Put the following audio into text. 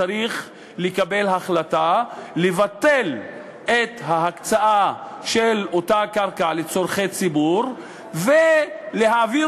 צריכה לקבל החלטה לבטל את ההקצאה של אותה קרקע לצורכי ציבור ולהעביר